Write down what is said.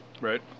Right